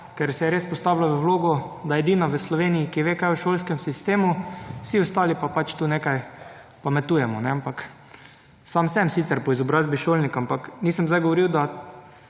ker se je res postavila v vlogo, da je edina v Sloveniji, ki ve kaj o šolskem sistemu. Vsi ostali pa pač tu nekaj pametujemo. Ampak sam sem sicer po izobrazbi šolnik, ampak nisem sedaj govoril, da